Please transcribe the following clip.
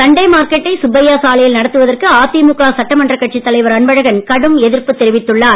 Sunday மார்க்கெட்டை சுப்பையா சாலையில் நடத்துவதற்கு அதிமுக சட்டமன்ற கட்சி தலைவர் அன்பழகன் கடும் எதிர்ப்பு தெரிவித்துள்ளார்